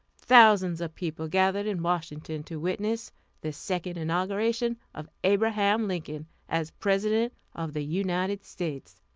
thousands of people gathered in washington to witness the second inauguration of abraham lincoln as president of the united states.